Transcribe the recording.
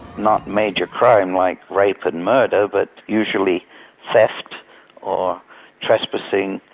not major crime like rape but and murder, but usually theft or trespassing,